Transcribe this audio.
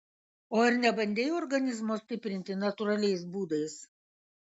o ar nebandei organizmo stiprinti natūraliais būdais